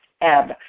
ebb